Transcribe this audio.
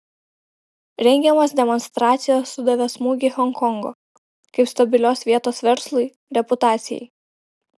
rengiamos demonstracijos sudavė smūgį honkongo kaip stabilios vietos verslui reputacijai